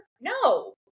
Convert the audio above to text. No